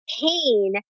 pain